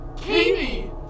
Katie